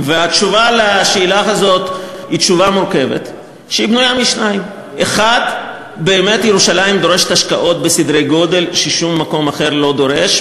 והתשובה על השאלה הזאת היא תשובה מורכבת שבנויה משתיים: 1. באמת ירושלים דורשת השקעות בסדרי גודל ששום מקום אחר לא דורש,